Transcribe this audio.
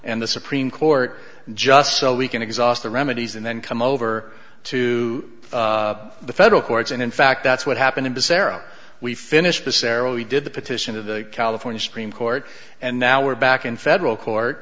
and the supreme court just so we can exhaust the remedies and then come over to the federal courts and in fact that's what happened in this era we finished this era we did the petition of the california supreme court and now we're back in federal court